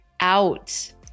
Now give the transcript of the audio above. out